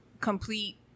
complete